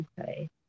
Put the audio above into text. Okay